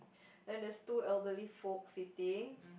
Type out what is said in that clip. then there's two elderly folks sitting